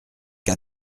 qu’à